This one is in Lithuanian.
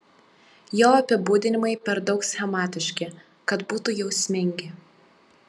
jo apibūdinimai per daug schematiški kad būtų jausmingi